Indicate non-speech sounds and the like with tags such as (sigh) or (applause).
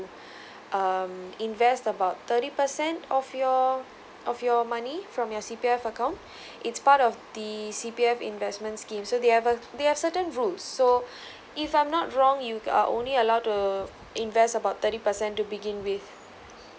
um invest about thirty percent of your of your money from your C_P_F account it's part of the C_P_F investment scheme so they a they have certain rules so (breath) if I'm not wrong you are only allowed to invest about thirty percent to begin with